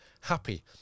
happy